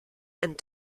and